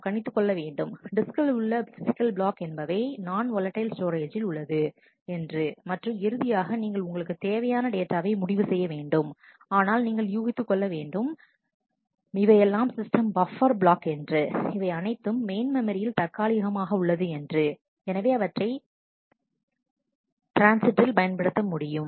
நாம் கணித்து கொள்ளவேண்டும் டிஸ்கில் உள்ள பிசிக்கல் பிளாக் என்பவை நான் ஓலடைல் ஸ்டோரேஜ்ஜில் உள்ளது என்றுமற்றும் இறுதியாக நீங்கள் உங்களுக்கு தேவையான டேட்டாவை முடிவு செய்ய வேண்டும் ஆனால் நீங்கள் யூகித்துக் கொள்ள வேண்டும் இவையெல்லாம் சிஸ்டம் பப்பர் பிளாக் என்று அவை அனைத்தும் மெயின் மெமரியில் தற்காலிகமாக உள்ளது என்று எனவே அவற்றை ட்ரான்ஸ்சிட்டில் பயன்படுத்த முடியும்